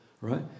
right